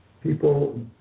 People